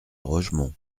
rogemont